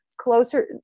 closer